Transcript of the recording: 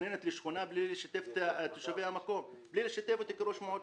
מתכננים שכונה בלי לשתף את תושבי המקום ובלי לשתף אותי כראש מועצה.